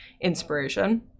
inspiration